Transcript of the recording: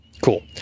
Cool